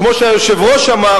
כמו שהיושב-ראש אמר,